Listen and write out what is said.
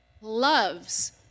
loves